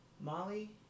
Molly